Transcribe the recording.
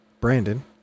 Brandon